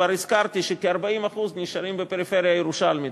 כבר הזכרתי שכ-40% נשארים בפריפריה הירושלמית,